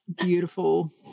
beautiful